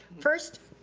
first,